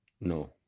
No